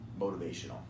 motivational